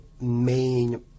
main